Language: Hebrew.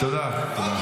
תודה.